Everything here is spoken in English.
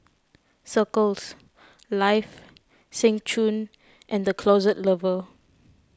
Circles Life Seng Choon and the Closet Lover